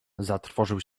zatrwożył